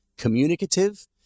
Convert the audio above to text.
communicative